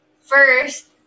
first